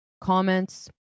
comments